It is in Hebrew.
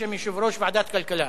בשם יושב-ראש ועדת הכלכלה.